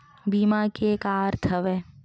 बीमा के का अर्थ हवय?